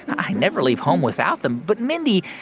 i never leave home without them. but, mindy,